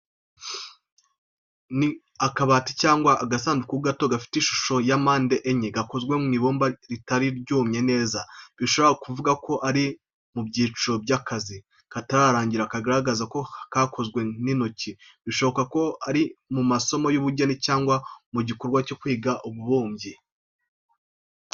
Ni akabati cyangwa agasanduku gato gafite ishusho yampande enye. Gakozwe mu ibumba ritari ryumye neza, bishobora kuvuga ko kari mu cyiciro cy’akazi katararangira. Kagaragaza ko kakozwe n’intoki bishoboka ko ari mu masomo y’ubugeni cyangwa mu gikorwa cyo kwiga ububumbyi.